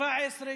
2017,